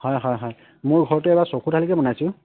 হয় হয় হয় মোৰ ঘৰটো এইবাৰ ছকোঠালীকৈ বনাইছোঁ